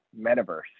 metaverse